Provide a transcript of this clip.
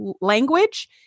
language